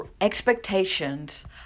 expectations